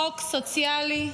חוק סוציאלי,